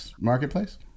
Marketplace